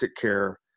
care